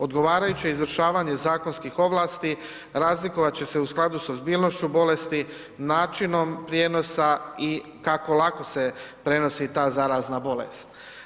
Odgovarajuće izvršavanje zakonskih ovlasti razlikovat će se u skladu sa ozbiljnošću bolesti, načinom prijenosa i kako lako se prenosi ta zarazna bolest.